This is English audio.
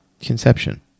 conception